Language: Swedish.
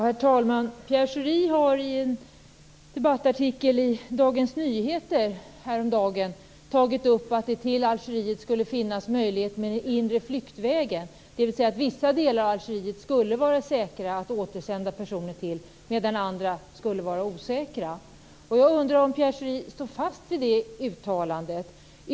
Herr talman! Pierre Schori har i en debattartikel i Dagens Nyheter häromdagen tagit upp den inre flyktvägen i Algeriet, dvs. att det skulle vara säkert att återsända personer till vissa delar av Algeriet, medan andra skulle vara osäkra. Jag undrar om Pierre Schori står fast vid det uttalandet.